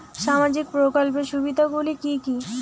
সামাজিক প্রকল্পের সুবিধাগুলি কি কি?